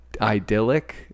idyllic